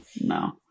no